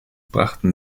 brachten